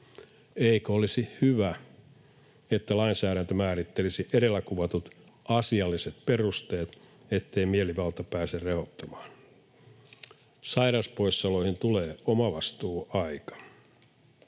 Eikö olisi hyvä, että lainsäädäntö määrittelisi edellä kuvatut asialliset perusteet, ettei mielivalta pääse rehottamaan? Sairauspoissaoloihin tulee omavastuuaika.